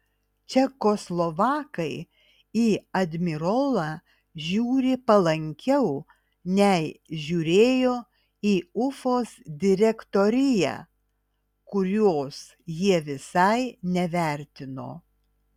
čekoslovakai į admirolą žiūri palankiau nei žiūrėjo į ufos direktoriją kurios jie visai nevertino